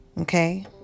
Okay